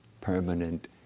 permanent